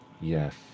Yes